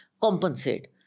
compensate